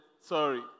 sorry